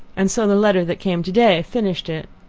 and so the letter that came today finished it!